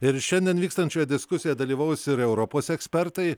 ir šiandien vykstančioje diskusijoje dalyvaus ir europos ekspertai